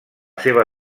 seva